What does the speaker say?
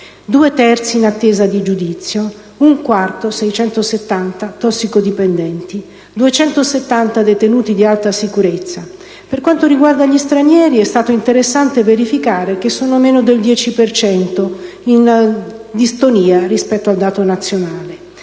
due terzi in attesa di giudizio, un quarto (670) tossicodipendenti, 270 detenuti di alta sicurezza. Per quanto riguarda i detenuti stranieri, è stato interessante verificare che sono meno del 10 per cento, in distonia rispetto al dato nazionale.